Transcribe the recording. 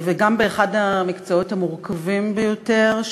וגם באחד המקצועות המורכבים ביותר,